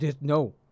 no